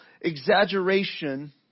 exaggeration